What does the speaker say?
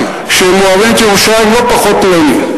הם אוהבים את ירושלים לא פחות ממני,